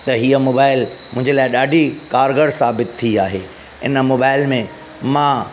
त हीअ मोबाइल मुंहिंजे लाइ ॾाढी कारगरु साबित थी आहे इन मोबाइल में मां